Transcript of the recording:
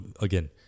again